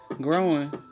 Growing